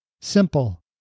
Simple